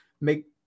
make